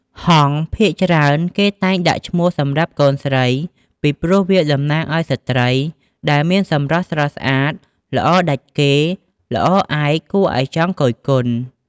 ហង្ស ភាគច្រើនគេតែងដាក់ឈ្មោះសម្រាប់កូនស្រី ពីព្រោះវាតំណាងឱ្យស្រ្តីដែលមានសម្រស់ស្រស់ស្អាតល្អដាច់គេ ល្អឯកគួរឱ្យចង់គយគន់។